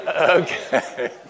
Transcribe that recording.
Okay